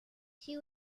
she